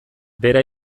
bera